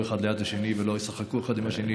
אחד ליד השני ולא ישחקו אחד עם השני,